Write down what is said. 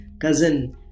cousin